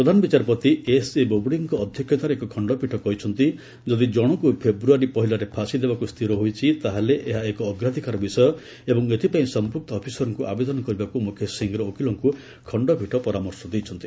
ପ୍ରଧାନ ବିଚାରପତି ଏସ୍ଏ ବୋବଡେଙ୍କ ଅଧ୍ୟକ୍ଷତାରେ ଏକ ଖଶ୍ତପୀଠ କହିଛନ୍ତି ଯଦି ଜଣକୁ ଫେବୃୟାରୀ ପହିଲାରେ ଫାଶୀ ଦେବାକୁ ସ୍ଥିର ହୋଇଛି ତାହେଲେ ଏହା ଏକ ଅଗ୍ରାଧକାର ବିଷୟ ଏବଂ ଏଥପାଇଁ ସମ୍ପ୍ରକ୍ତ ଅଫିସରଙ୍କୁ ଆବେଦନ କରିବାକୁ ମୁକେଶ ସିଂହର ଓକିଲଙ୍କୁ ଖଣ୍ଡପୀଠ ପରାମର୍ଶ ଦେଇଛନ୍ତି